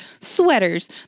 sweaters